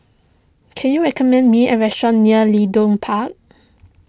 can you recommend me a restaurant near Leedon Park